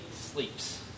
sleeps